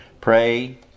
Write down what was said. Pray